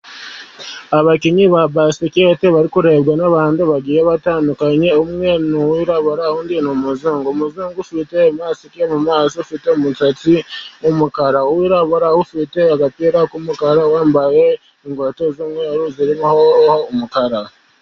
Abakinnyi ba basiketi bari kurebwa n'abantu bagiye batandukanye umwe ni umwirabura, undi ni umuzungu. Umuzungu ufite masike mu maso afite umusatsi w'umukara, umwirabura ufite agapira k'umukara wambaye inkweto z'umweru zirimo umukara.